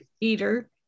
eater